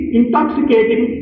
intoxicating